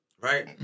right